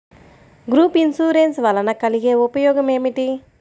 Group insurance వలన కలిగే ఉపయోగమేమిటీ?